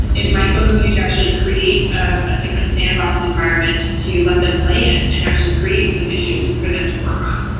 it might behoove you to actually create a a different sandbox environment to let them play in and actually create some issues for them to work on.